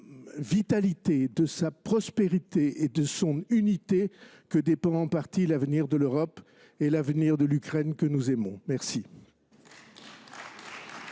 vitalité, de sa prospérité et de son unité que dépendent en partie l’avenir de l’Europe et l’avenir de l’Ukraine, que nous aimons. La